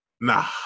nah